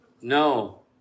No